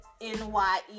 NYE